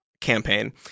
campaign